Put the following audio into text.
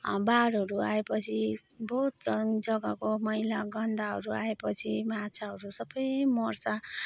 बाढहरू आएपछि बहुत जग्गाको मैला गन्दाहरू आएपछि माछाहरू सबै मर्छ